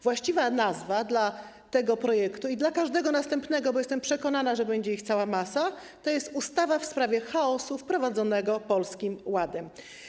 Właściwa nazwa dla tego projektu i dla każdego następnego, bo jestem przekonana, że będzie ich cała masa, to jest ustawa w sprawie chaosu wprowadzonego Polskim Ładem.